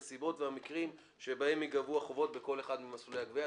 הנסיבות והמקרים שבהם ייגבו החובות בכל אחד ממסלולי הגבייה,